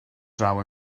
draw